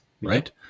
right